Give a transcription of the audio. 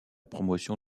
promotion